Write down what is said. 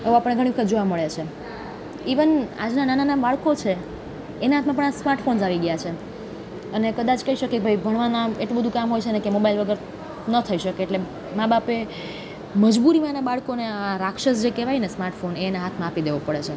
હવે આપણે ઘણી વખત જોવા મળે છે ઈવન આજના નાના બાળકો છે એના હાથમાં પણ આ સ્માર્ટફોન્સ આવી ગ્યા છે અને કદાચ કહી શકીએ કે ભણવાના એટલું બધું કામ હોય છે કે મોબાઈલ વગર ન થઈ શકે એટલે મા બાપે મજબૂરીમાં એના બાળકોને આ રાક્ષસ જે કહેવાય ને સ્માર્ટફોન એ એના હાથમાં આપી દેવો પડે છે